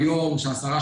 תודה רבה ארנה.